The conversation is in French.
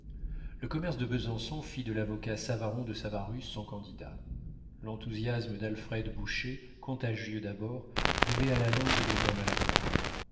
le commerce de besançon fit de l'avocat savaron de savarus son candidat l'enthousiasme d'alfred boucher contagieux d'abord devait à la longue devenir maladroit